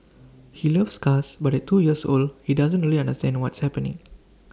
he loves cars but at two years old he doesn't really understand what's happening